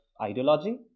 Ideology